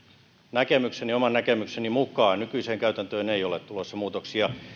näkemyksen ja oman näkemykseni mukaan nykyiseen käytäntöön ei ole tulossa muutoksia